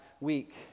week